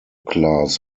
class